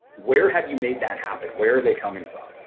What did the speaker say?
where have you made that happen? where are they coming from?